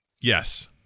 Yes